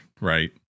right